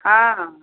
हॅं हॅं